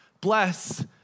bless